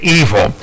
evil